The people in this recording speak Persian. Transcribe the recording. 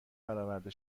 برآورده